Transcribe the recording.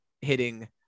hitting